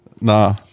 Nah